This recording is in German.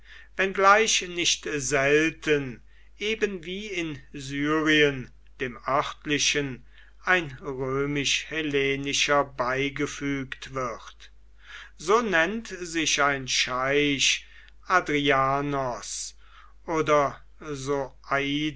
wenngleich nicht selten eben wie in syrien dem örtlichen ein römisch hellenischer beigefügt wird so nennt sich ein scheich adrianos oder